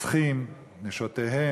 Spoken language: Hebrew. רוצחים את נשותיהם,